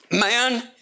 man